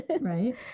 Right